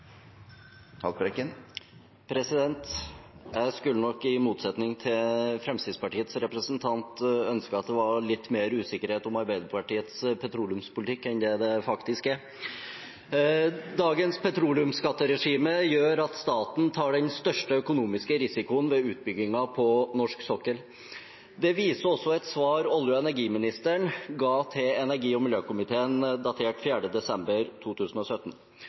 Jeg skulle nok, i motsetning til Fremskrittspartiets representant, ønske at det var litt mer usikkerhet om Arbeiderpartiets petroleumspolitikk enn det det faktisk er. Dagens petroleumsskatteregime gjør at staten tar den største økonomiske risikoen ved utbyggingene på norsk sokkel. Det viser også et svar som olje- og energiministeren ga til energi- og miljøkomiteen datert 4. desember 2017.